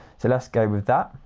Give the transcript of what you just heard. so let's go with that.